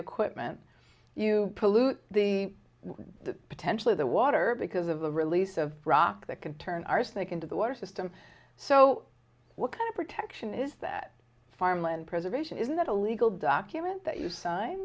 equipment you pollute the potentially the water because of the release of rock that can turn arsenic into the water system so what kind of protection is that farmland preservation isn't that a legal document that you sign